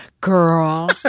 Girl